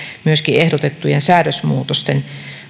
myöskin ehdotettujen säädösmuutosten